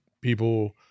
people